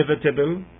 inevitable